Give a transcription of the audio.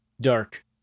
dark